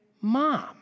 mom